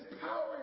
power